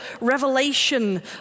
revelation